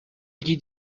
gli